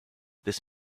this